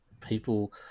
people